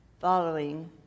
following